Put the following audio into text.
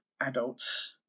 adults